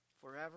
forever